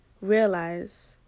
realize